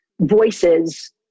voices